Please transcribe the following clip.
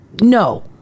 no